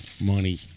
money